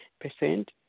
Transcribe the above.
percent